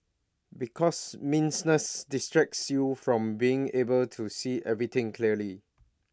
because messiness distracts you from being able to see everything clearly